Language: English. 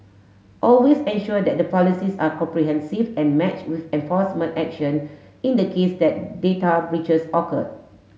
always ensure that the policies are comprehensive and match with enforcement action in the case that data breaches occur